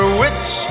witch